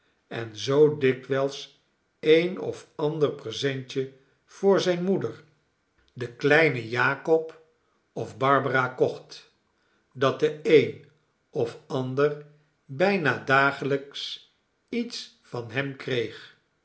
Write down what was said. en zoo dikwijls een of ander presence voor zijne moeder den kleinen jakob of barbara kocht dat de een of ander bijna dagelijks iets van hem kreeg